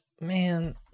man